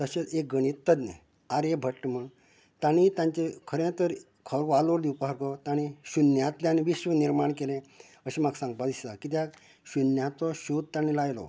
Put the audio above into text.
तशेंच एक गणीततज्ञ आर्यभट्ट म्हूण तांणीय तांचे खरें तर खरो वालोर दिवपाचो तांणी शुन्यांतल्यान विश्व निर्माण केलें अशें म्हाका सांगपा दिसता किद्याक शुन्याचो शोद तांणी लायलो